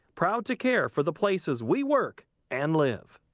proud to care for the places we work and live.